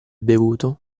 bevuto